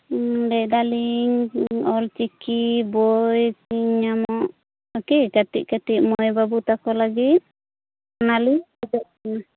ᱮᱫ ᱞᱟᱹᱭ ᱮᱫᱟᱞᱤᱧ ᱚᱞ ᱪᱤᱠᱤ ᱵᱳᱭ ᱧᱟᱢᱚᱜᱼᱟ ᱠᱤ ᱠᱟᱹᱴᱤᱡ ᱠᱟᱹᱴᱤᱡ ᱢᱟᱹᱭ ᱵᱟᱵᱤ ᱛᱟᱠᱚ ᱞᱟᱹᱜᱤᱫ ᱚᱱᱟ ᱞᱤᱧ ᱠᱷᱚᱡᱚᱜ ᱠᱟᱱᱟ